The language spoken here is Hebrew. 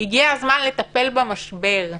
הגיע הזמן לטפל במשבר.